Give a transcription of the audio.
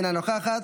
אינה נוכחת,